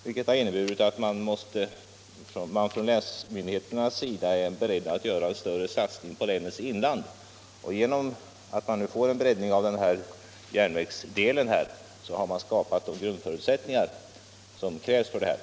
Beslutet innebär att man från länsmyndigheternas sida nu kan göra en större satsning på länets inland. Genom att vi nu får en breddning av denna järnvägsdel har de grundförutsättningar skapats som krävs härför.